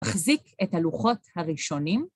‫מחזיק את הלוחות הראשונים.